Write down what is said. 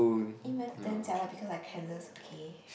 e-math damn jialat because I careless okay